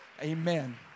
Amen